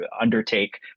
undertake